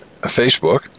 Facebook